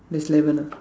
there's eleven ah